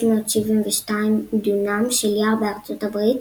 כ-550,372 דונם של יער בארצות הברית